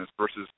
versus